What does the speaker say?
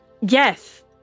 Yes